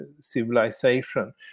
civilization